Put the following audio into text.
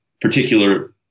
particular